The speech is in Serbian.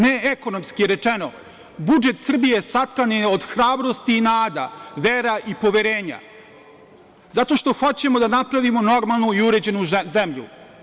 Neekonomski rečeno, budžet Srbije satkan je od hrabrosti i nada, vera i poverenja zato što hoćemo da napravimo normalnu i uređenu zemlju.